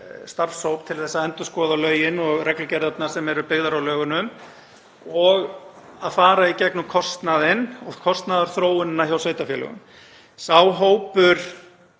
starfshóp til að endurskoða lögin og reglugerðirnar sem eru byggðar á lögunum og fara í gegnum kostnaðinn og kostnaðarþróunina hjá sveitarfélögunum. Sá hópur